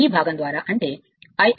అంటే ∅∅ Ia if I ∅